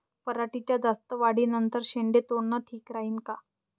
पराटीच्या जास्त वाढी नंतर शेंडे तोडनं ठीक राहीन का?